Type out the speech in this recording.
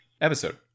episode